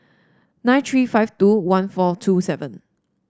nine three five two one four two seven